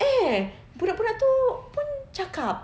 eh budak budak tu pun cakap